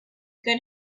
good